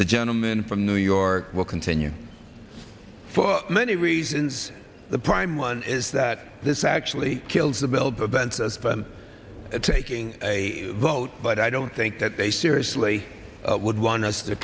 the gentleman from new york will continue for many reasons the prime one is that this actually kills the bill but bent us from taking a vote but i don't think that they seriously would want us to